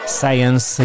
Science